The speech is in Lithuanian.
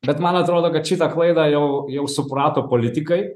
bet man atrodo kad šitą klaidą jau jau suprato politikai